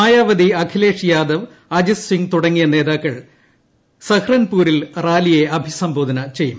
മായാവതി അഖിലേഷ് യാദവ് അജിത് സിംഗ് തുടങ്ങിയ നേതാക്കൾ സഹ്റൻപൂരിൽ റാലിലെ അഭിസംബോധന ചെയ്യും